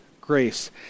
grace